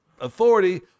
authority –